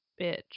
bitch